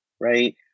right